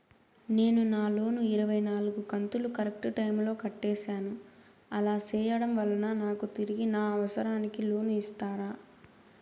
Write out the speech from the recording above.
నేను నా లోను ఇరవై నాలుగు కంతులు కరెక్టు టైము లో కట్టేసాను, అలా సేయడం వలన నాకు తిరిగి నా అవసరానికి లోను ఇస్తారా?